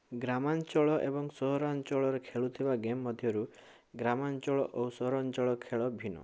ଗ୍ରାମାଞ୍ଚଳ ଏବଂ ସହରାଞ୍ଚଳରେ ଖେଳୁଥିବା ଗେମ୍ ମଧ୍ୟରୁ ଗ୍ରାମାଞ୍ଚଳ ଓ ସହରାଞ୍ଚଳ ଖେଳ ଭିନ୍ନ